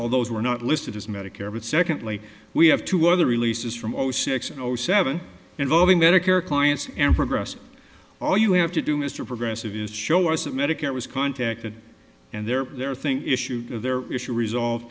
all those were not listed as medicare but secondly we have two other releases from zero six zero seven involving medicare clients and progress all you have to do mr progressive is show us that medicare was contacted and their their thing issue their issue resolved